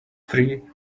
free